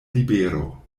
libero